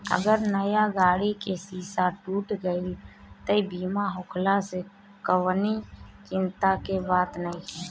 अगर नया गाड़ी के शीशा टूट गईल त बीमा होखला से कवनी चिंता के बात नइखे